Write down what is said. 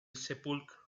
sepulcro